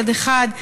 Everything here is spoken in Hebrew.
מצד אחד,